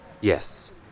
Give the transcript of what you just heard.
Yes